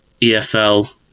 EFL